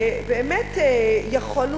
באמת יכולנו